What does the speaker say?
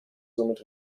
somit